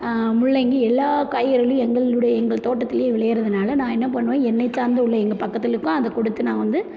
முள்ளங்கி எல்லா காய்கறிகளும் எங்களுடைய எங்கள் தோட்டத்திலேயே விளைகிறதுனால நான் என்ன பண்ணுவேன் என்னை சார்ந்த உள்ள எங்கள் பக்கத்துலுக்கும் அது கொடுத்து நான் வந்து